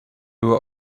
were